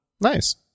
Nice